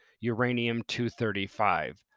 uranium-235